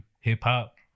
hip-hop